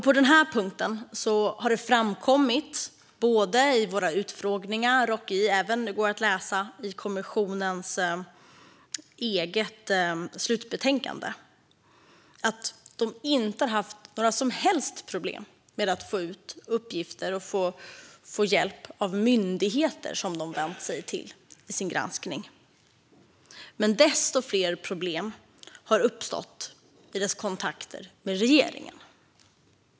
På den här punkten har det framkommit i våra utfrågningar och går även att läsa i kommissionens eget slutbetänkande att den inte har haft några som helst problem med att få ut uppgifter och få hjälp av myndigheter som den vänt sig till i sin granskning. Desto fler problem har uppstått i dess kontakter med regeringen.